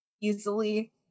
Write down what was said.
easily